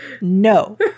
no